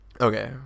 okay